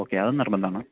ഒക്കെ അത് നിർബന്ധമാണ്